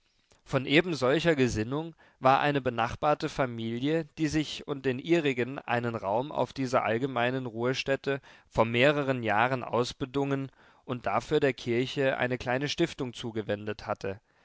von ebensolcher gesinnung war eine benachbarte familie die sich und den ihrigen einen raum auf dieser allgemeinen ruhestätte vor mehreren jahren ausbedungen und dafür der kirche eine kleine stiftung zugewendet hatte